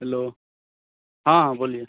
hello हाँ हाँ बोलिए